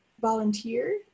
volunteer